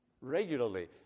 regularly